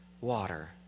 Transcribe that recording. water